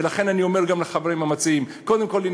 ולכן אני אומר גם לחברים המציעים: קודם כול,